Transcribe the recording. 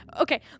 Okay